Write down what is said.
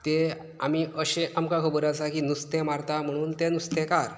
ते आमी अशें आमकां खबर आसा की नुस्तें मारता म्हणुन ते नुस्तेंकार